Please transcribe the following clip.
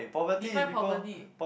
define poverty